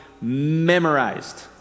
memorized